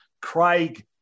Craig